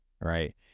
right